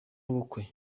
ubukwe